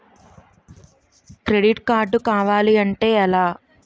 Credit card కావాలి అంటే ఎలా?